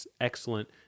excellent